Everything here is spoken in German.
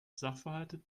sachverhalte